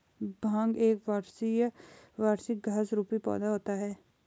भांग एक वार्षिक घास रुपी पौधा होता है